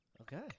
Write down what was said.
Okay